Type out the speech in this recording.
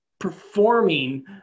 performing